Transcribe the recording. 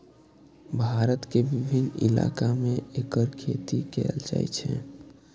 भारत के विभिन्न इलाका मे एकर खेती कैल जाइ छै